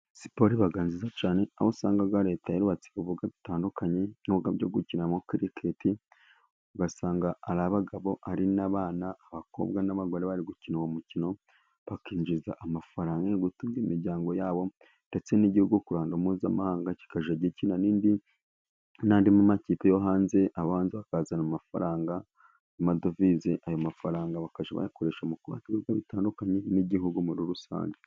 Siporo iba nziza cyane, aho usangaga Leta yarubatse ibibuga bitandukanye byo gukina mokaketi ugasanga ari abagabo, ari n'abana, abakobwa n'abagore, bari gukina uwo mukino bakinjiza amafaranga yo gutunga imiryango yabo, ndetse n'igihugu ku ruhando mpuzamahanga kikajya gikina n'andi makipe yo hanze abandi bakazana amafaranga , amadovize, ayo mafaranga bakajya bayakoresha mu bintu bitandukanye n'igihugu muri rusange.